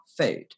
food